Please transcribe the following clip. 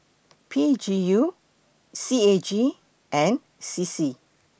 P G U C A G and C C